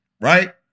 right